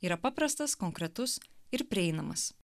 yra paprastas konkretus ir prieinamas